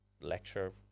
lecture